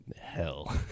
hell